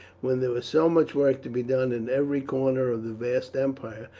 when there was so much work to be done in every corner of the vast empire,